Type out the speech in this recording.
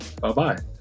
bye-bye